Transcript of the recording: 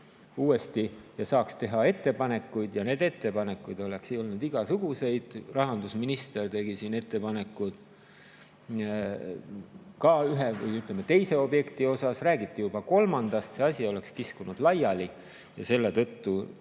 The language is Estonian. uuesti ja saaks teha ettepanekuid ja neid ettepanekuid oleks siin igasuguseid. Rahandusminister tegi ka siin ettepaneku ühe või teise objekti suhtes, räägiti juba kolmandast, see asi oleks kiskunud laiali ja selle tõttu